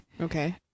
Okay